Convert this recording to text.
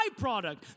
byproduct